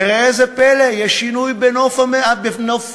וראה זה פלא, יהיה שינוי בנוף המליאה: